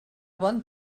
bon